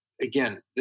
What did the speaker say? again